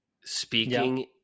Speaking